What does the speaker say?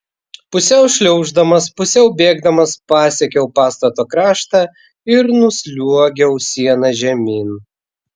pusiau šliauždamas pusiau bėgdamas pasiekiau pastato kraštą ir nusliuogiau siena žemyn